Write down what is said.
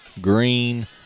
Green